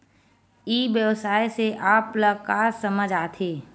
ई व्यवसाय से आप ल का समझ आथे?